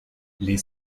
les